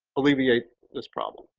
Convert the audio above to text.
alleviate this problem.